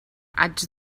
haig